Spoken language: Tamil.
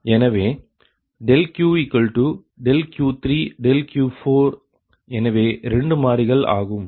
எனவே QQ3 Q4 எனவே 2 மாறிகள் ஆகும்